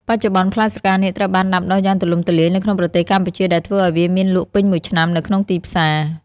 បច្ចុប្បន្ន ផ្លែស្រកានាគត្រូវបានដាំដុះយ៉ាងទូលំទូលាយនៅក្នុងប្រទេសកម្ពុជា ដែលធ្វើឱ្យវាមានលក់ពេញមួយឆ្នាំនៅក្នុងទីផ្សារ។